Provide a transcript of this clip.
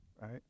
right